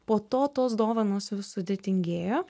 po to tos dovanos vis sudėtingėjo